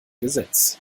gesetz